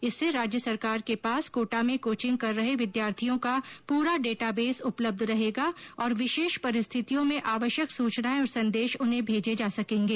इससे राज्य सरकार के पास कोटा में कोचिंग कर रहे विद्यार्थियों का पूरा डेटाबेस उपलब्ध रहेगा और विशेष परिस्थितियों में आवश्यक सूचनाएं और संदेश उन्हें भेजे जा सकेंगे